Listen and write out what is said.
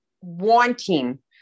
wanting